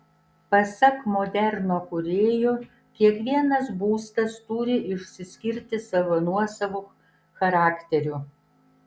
pasak moderno kūrėjų kiekvienas būstas turi išsiskirti savo nuosavu charakteriu